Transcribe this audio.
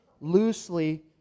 loosely